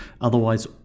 Otherwise